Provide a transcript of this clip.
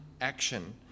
action